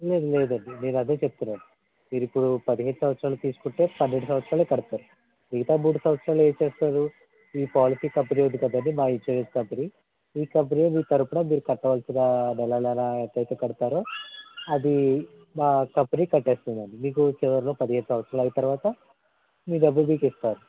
లేదు లేదండి నేను అదే చెప్తున్నాను మీరు ఇప్పుడు పదిహేను సంవత్సరాలు తీసుకుంటే పన్నెండు సంవత్సరాలే కడతారు మిగతా మూడు సంవత్సరాలు ఏం చేస్తారు ఈ పోలసీ కంపెనీ ఉంది కదండి మా ఇన్సూరెన్స్ కంపెనీ ఈ కంపెనీయే మీ తరఫున మీరు కట్టవలసిన నెల నెల ఎంత అయితే కడతారో అది మా కంపెనీ కట్టేస్తుందండి మీకు చివరిలో పదిహేను సంవత్సరాలు తర్వాత మీ డబ్బులు మీకు ఇస్తారు